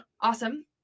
Awesome